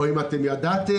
או אם אתם ידעתם,